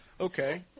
Okay